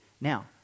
Now